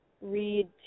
read